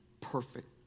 perfect